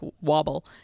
wobble